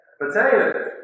potatoes